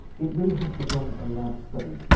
it really has become a lab study.